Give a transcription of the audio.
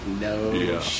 No